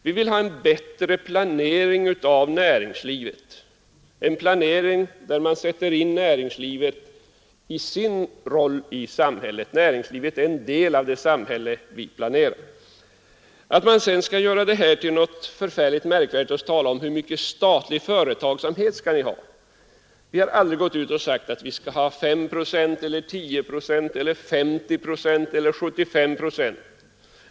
Vi vill ha en bättre planering av näringslivet, en planering där man sätter in näringslivet i dess roll i samhället. Näringslivet är en del av det samhälle vi planerar. Det här gör man till något förfärligt märkvärdigt och frågar: ”Hur mycket statlig företagsamhet skall ni ha?” Vi har aldrig sagt att vi skall ha 5 eller 10 eller 50 eller 75 procent.